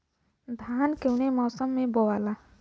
धान कौने मौसम मे बोआला?